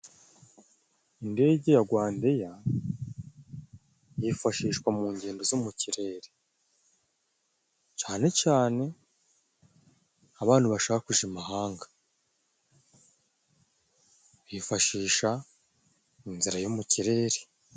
Indege ya Gwandeya yifashishwa mu ngendo zo mu kirere cyane cyane abantu bashaka kuja imahanga, bifashisha inzira yo mu kirere.